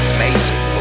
amazing